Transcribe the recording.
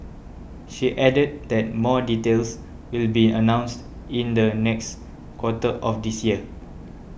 she added that more details will be announced in the next quarter of this year